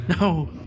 No